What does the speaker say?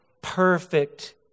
perfect